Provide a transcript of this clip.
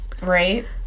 Right